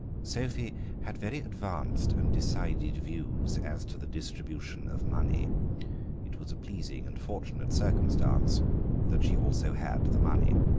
sophie had very advanced and decided views as to the distribution of money it was a pleasing and fortunate circumstance that she also had the money.